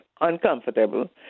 uncomfortable